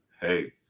Hey